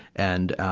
and,